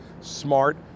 smart